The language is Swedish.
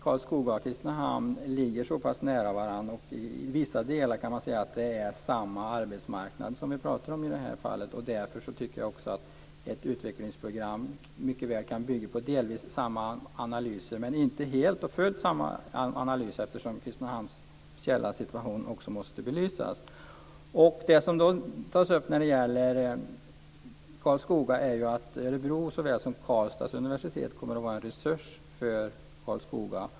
Karlskoga och Kristinehamn ligger så pass nära varandra att det till vissa delar är samma arbetsmarknad. Därför tycker jag att ett utvecklingsprogram mycket väl kan bygga på delvis samma analyser, inte helt och fullt samma, eftersom Kristinehamns speciella situation måste belysas. Det som tas upp när det gäller Karlskoga är att Örebro såväl som Karlstad universitet kommer att vara en resurs för Karlskoga.